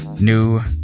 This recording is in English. new